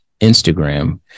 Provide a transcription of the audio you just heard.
Instagram